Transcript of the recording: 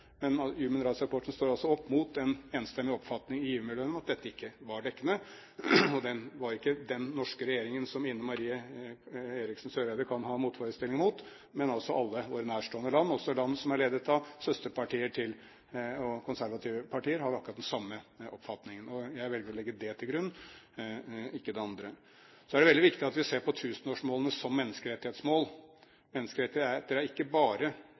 Men Human Right Watch-rapporten står altså opp mot en enstemmig oppfatning i givermiljøene om at dette ikke var dekkende. Det er ikke den norske regjeringen som Ine Marie Eriksen Søreide kan ha motforestillinger mot, men alle våre nærstående land. Også land som er ledet av søsterpartier og konservative partier, har akkurat den samme oppfatningen. Jeg velger å legge det til grunn, ikke det andre. Så er det veldig viktig at vi ser på tusenårsmålene som menneskerettighetsmål. Menneskerettigheter er ikke bare